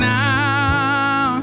now